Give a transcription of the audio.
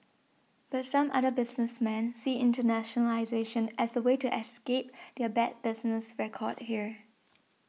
but some other businessmen see internationalisation as a way to escape their bad business record here